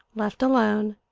left alone,